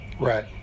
Right